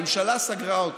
הממשלה סגרה אותם,